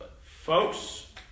Folks